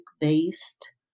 based